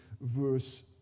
verse